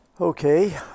Okay